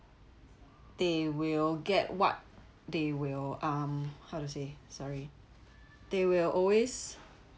they will get what they will um how to say sorry they will always